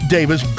Davis